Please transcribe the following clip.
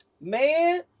man